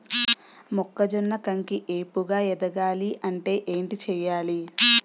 మొక్కజొన్న కంకి ఏపుగ ఎదగాలి అంటే ఏంటి చేయాలి?